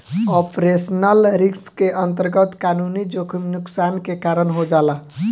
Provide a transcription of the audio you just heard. operational risk के अंतरगत कानूनी जोखिम नुकसान के कारन हो जाला